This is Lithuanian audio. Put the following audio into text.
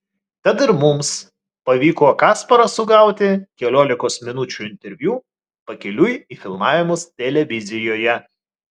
tad ir mums pavyko kasparą sugauti keliolikos minučių interviu pakeliui į filmavimus televizijoje